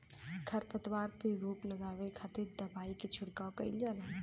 खरपतवार पे रोक लगावे खातिर दवाई के छिड़काव कईल जाला